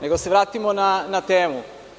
Nego da se vratimo na temu.